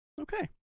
Okay